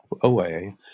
away